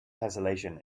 tesselation